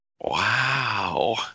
Wow